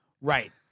right